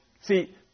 See